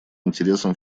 интересам